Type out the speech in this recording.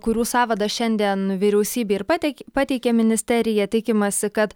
kurių sąvadą šiandien vyriausybė ir pateik pateikė ministerija tikimasi kad